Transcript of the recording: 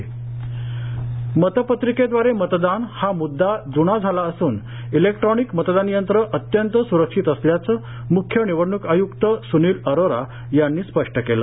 अरोरा मतपत्रिकेद्वारे मतदान हा मुद्दा जुना झाला असून इलेक्ट्रोनिक मतदान यंत्रअत्यंत सुरक्षित असल्याचं म्ख्यनिवडणूक आय्क्त स्नील अरोरा यांनी स्पष्ट केलं